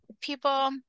people